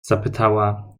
zapytała